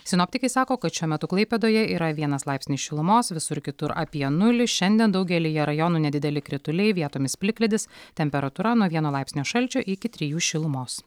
sinoptikai sako kad šiuo metu klaipėdoje yra vienas laipsnis šilumos visur kitur apie nulį šiandien daugelyje rajonų nedideli krituliai vietomis plikledis temperatūra nuo vieno laipsnio šalčio iki trijų šilumos